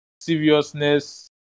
seriousness